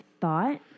thought